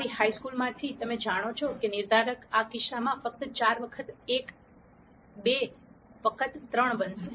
તમારી હાઇ સ્કૂલમાંથી તમે જાણો છો કે નિર્ધારક આ કિસ્સામાં ફક્ત 4 વખત 1 2 વખત 3 બનશે